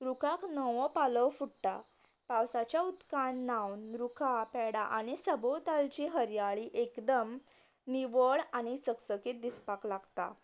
रूखाक नवो पालव फुट्टा पावसाच्या उदकान न्हावन रूखा पेडां आनी सबोतालचीं हरयाळी एकदम निवळ आनी चकचकीत दिसपाक लागता